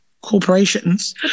corporations